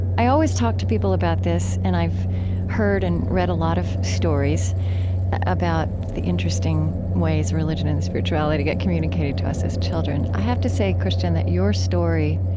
i always talk to people about this, and i've heard and read a lot of stories about the interesting ways religion and spirituality get communicated to us as children. i have to say, christian, that your story,